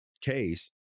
case